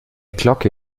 glocke